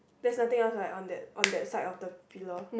there's nothing else right on that on that side of the pillar